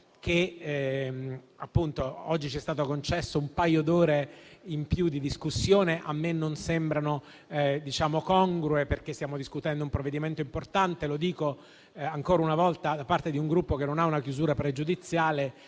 che oggi ci sono state concesse un paio d'ore in più di discussione, che a me non sembrano congrue, perché stiamo discutendo un provvedimento importante, lo dico ancora una volta da parte di un Gruppo che non ha una chiusura pregiudiziale,